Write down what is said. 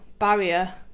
barrier